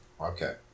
okay